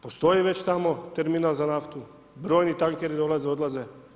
Postoji već tamo terminal za naftu, brojni tankeri dolaze, odlaze.